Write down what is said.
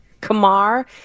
kamar